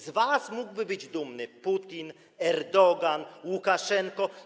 Z was mogliby być dumni Putin, Erdogan, Łukaszenko.